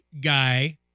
guy